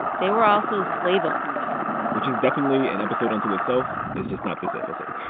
they were also slave owners which is definitely an episode unto itself it's just not this episode